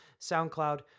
SoundCloud